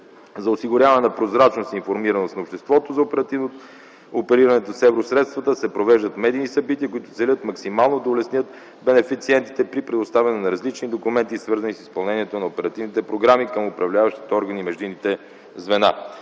За осигуряване на прозрачност и информираност на обществото за оперативно опериране с евросредствата се провеждат медийни събития, които целят максимално да улеснят бенефициентите при предоставяне на различни документи, свързани с изпълнението на оперативните програми към управляващите органи и междинните звена.